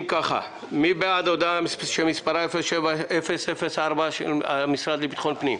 מי בעד הודעה 07-004 של המשרד לביטחון פנים?